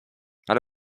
ale